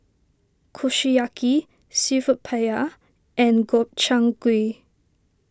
Kushiyaki Seafood Paella and Gobchang Gui